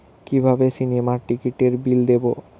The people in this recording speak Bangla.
কিভাবে সিনেমার টিকিটের বিল দেবো?